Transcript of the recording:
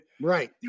Right